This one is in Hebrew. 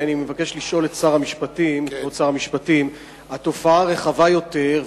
אני מבקש לשאול את כבוד שר המשפטים על תופעה רחבה יותר,